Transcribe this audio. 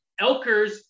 Elkers